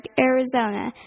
Arizona